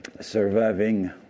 surviving